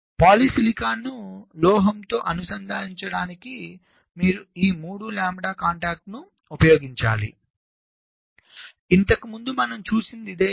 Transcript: కాబట్టి పాలిసిలికాన్ను లోహంతో అనుసంధానించడానికి మీరు ఈ 3 లాంబ్డా కాంటాక్ట్ను ఉపయోగించాలి ఇంతకుముందు మనం చూసినది ఇదే